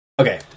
Okay